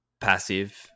passive